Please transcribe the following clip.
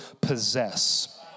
possess